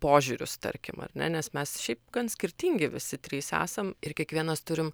požiūrius tarkim ar ne nes mes šiaip gan skirtingi visi trys esam ir kiekvienas turim